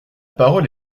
parole